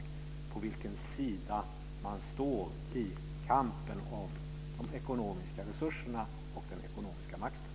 Det handlar om på vilken sida man står i kampen om de ekonomiska resurserna och den ekonomiska makten.